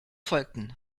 folgten